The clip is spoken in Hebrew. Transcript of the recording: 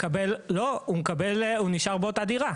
לא, הוא נשאר באותה דירה.